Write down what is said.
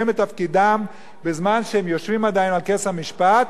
את תפקידם בזמן שהם יושבים עדיין על כס המשפט,